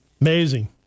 Amazing